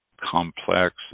complex